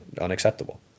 unacceptable